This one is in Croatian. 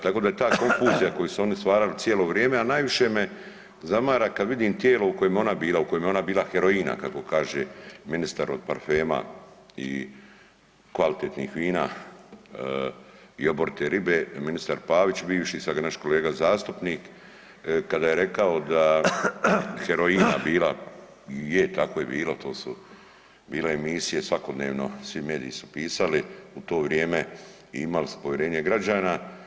Tako da je ta konfuzija koju su oni stvarali cijeli vrijeme, a najviše me zanima tijelo u kojem je ona bila, u kojem je ona bila heroina kako kaže ministar od parfema i kvalitetnih vina i oborite ribe, ministar Pavić bivši sada naš kolega zastupnik, kada je rekao da heroina bila i je tako je bilo, to su bile emisije svakodnevno, svi mediji su pisali u to vrijeme i imali su povjerenje građana.